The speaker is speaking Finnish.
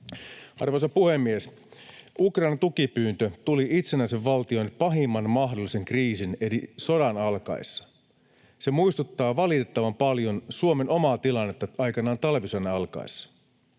Arvoisa puhemies! Ukrainan tukipyyntö tuli itsenäisen valtion pahimman mahdollisen kriisin eli sodan alkaessa. Se muistuttaa valitettavan paljon Suomen omaa tilannetta aikanaan talvisodan alkaessa.